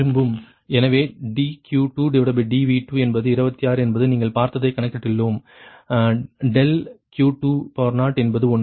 எனவே dQ2dV2 என்பது 26 என்பது நீங்கள் பார்த்ததைக் கணக்கிட்டுள்ளோம் ∆Q2 என்பது 1